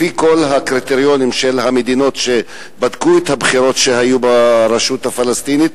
לפי כל הקריטריונים של המדינות שבדקו את הבחירות שהיו ברשות הפלסטינית,